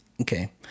Okay